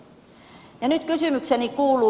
ja nyt kysymykseni kuuluu